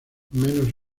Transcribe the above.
menos